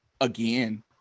again